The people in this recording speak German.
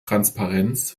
transparenz